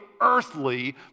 earthly